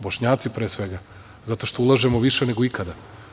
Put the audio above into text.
Bošnjaci pre svega, zato što ulažemo više nego ikada.